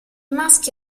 maschi